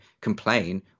complain